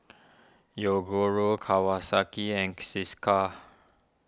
Yoguru Kawasaki and Cesar